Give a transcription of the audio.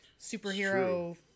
superhero